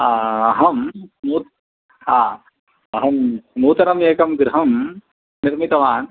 अहं नूतनं अहं नूतनमेकं गृहं निर्मितवान्